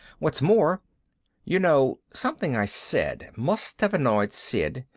what's more you know, something i said must have annoyed sid,